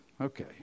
okay